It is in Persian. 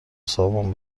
سامون